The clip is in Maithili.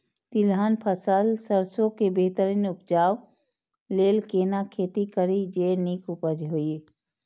तिलहन फसल सरसों के बेहतरीन उपजाऊ लेल केना खेती करी जे नीक उपज हिय?